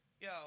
Yo